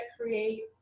create